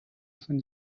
von